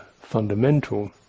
fundamental